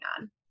on